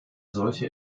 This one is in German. solche